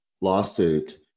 lawsuit